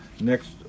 next